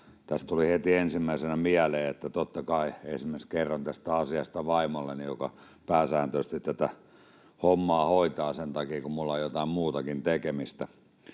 Tässä tuli heti ensimmäisenä mieleen, että totta kai esimerkiksi kerron tästä asiasta vaimolleni, joka pääsääntöisesti tätä hommaa hoitaa sen takia, että minulla on jotakin muutakin tekemistä.